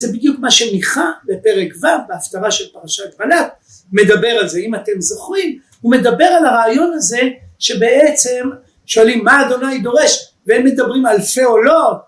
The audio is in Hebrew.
זה בדיוק מה שמיכה בפרק ו, בהפטרה של פרשת בלק, מדבר על זה. אם אתם זוכרים, הוא מדבר על הרעיון הזה שבעצם שואלים מה ה' דורש והם מדברים אלפי עולות